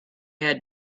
had